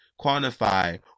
quantify